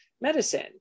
medicine